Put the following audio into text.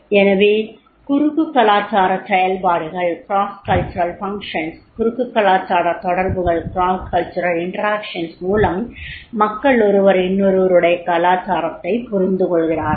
எனவே குறுக்கு கலாச்சார செயல்பாடுகள் குறுக்கு கலாச்சார தொடர்புகள் மூலம் மக்கள் ஒருவர் இன்னொருவருடைய கலாச்சாரத்தைப் புரிந்துகொள்கிறார்கள்